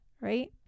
right